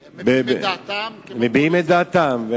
מביעים את דעתם,